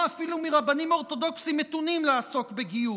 אפילו מרבנים אורתודוקסיים מתונים לעסוק בגיור.